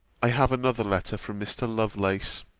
i have another letter from mr. lovelace,